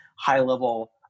high-level